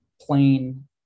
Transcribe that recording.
plain